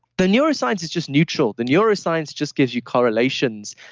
the neuroscience is just neutral. the neuroscience just gives you correlations.